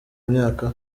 myaka